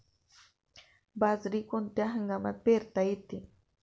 बाजरी कोणत्या हंगामात पेरता येते?